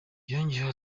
yongeyeho